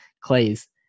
Clays